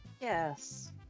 yes